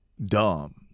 dumb